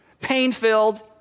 pain-filled